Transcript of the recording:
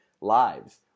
lives